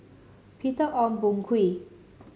Peter Ong Boon Kwee